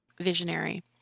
Visionary